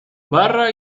barra